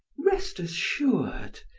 rest assured,